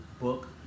book